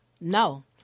no